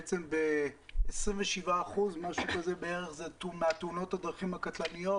בערך 27% מתאונות הדרכים הקטלניות